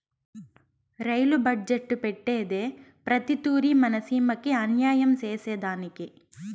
rail budget పెట్టేదే ప్రతి తూరి మన సీమకి అన్యాయం సేసెదానికి